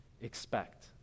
expect